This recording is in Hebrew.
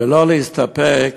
ולא להסתפק